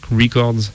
Records